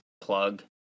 plug